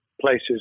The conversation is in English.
places